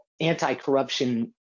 anti-corruption